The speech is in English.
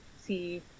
see